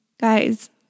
guys